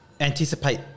anticipate